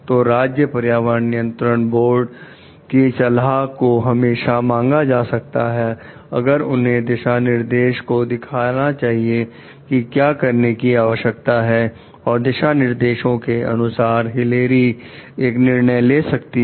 तो राज्य पर्यावरण नियंत्रण बोर्ड की सलाह को हमेशा मांगा जा सकता है अगर उन्हें दिशानिर्देशों को देखना चाहिए कि क्या करने की आवश्यकता है और दिशा निर्देशों के अनुसार हिलेरी एक निर्णय ले सकती है